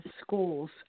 schools